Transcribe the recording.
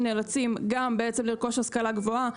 נאלצים גם בעצם לרכוש השכלה גבוהה,